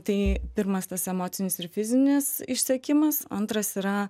tai pirmas tas emocinis ir fizinis išsekimas antras yra